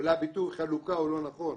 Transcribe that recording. אולי הביטוי חלוקה הוא לא נכון.